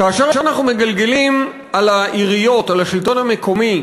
כאשר אנחנו מגלגלים על העיריות, על השלטון המקומי,